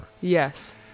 Yes